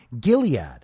Gilead